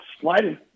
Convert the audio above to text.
sliding